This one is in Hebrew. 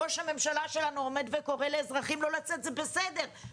ראש הממשלה שלנו עומד וקורא לאזרחים לא לצאת זה בסדר,